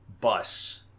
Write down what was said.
bus